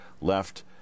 left